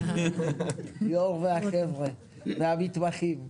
ליאור והחבר'ה, והמתמחים.